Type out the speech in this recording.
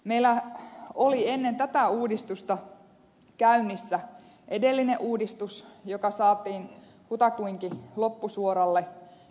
meillä oli ennen tätä uudistusta käynnissä edellinen uudistus joka saatiin kutakuinkin loppusuoralle